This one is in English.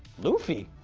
luffy!